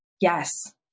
Yes